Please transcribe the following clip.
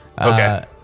Okay